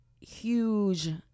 huge